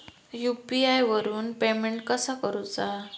UPI वरून payment कसा करूचा?